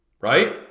Right